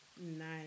Nice